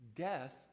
Death